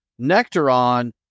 Nectaron